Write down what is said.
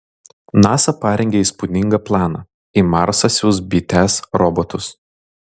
nasa parengė įspūdingą planą į marsą siųs bites robotus